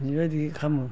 बिबायदि खालामो